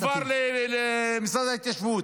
-- שהועבר למשרד ההתיישבות.